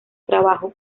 trabajo